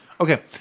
Okay